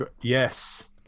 Yes